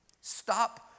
Stop